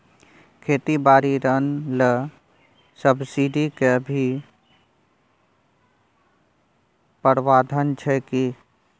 खेती बारी ऋण ले सब्सिडी के भी प्रावधान छै कि?